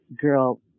girl